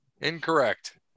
Incorrect